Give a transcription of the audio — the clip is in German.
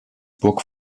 burg